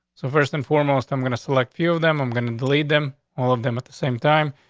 so, first and foremost, i'm going to select few of them. i'm gonna delete them all of them at the same time.